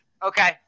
Okay